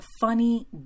funny